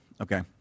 okay